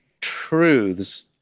truths